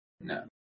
No